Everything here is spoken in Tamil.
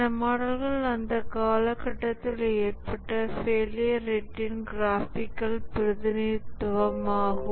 இந்த மாடல்கள் அந்த கால கட்டத்தில் ஏற்பட்ட ஃபெயிலியர் ரேட்டின் கிராஃபிகல் பிரதிநிதித்துவமாகும்